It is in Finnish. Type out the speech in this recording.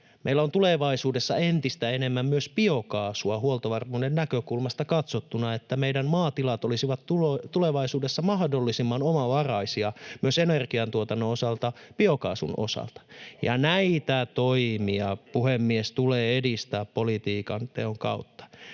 meillä on tulevaisuudessa entistä enemmän myös biokaasua huoltovarmuuden näkökulmasta katsottuna, että meidän maatilat olisivat tulevaisuudessa mahdollisimman omavaraisia myös energiantuotannon osalta, biokaasun osalta. Näitä toimia, puhemies, tulee edistää politiikanteon kautta.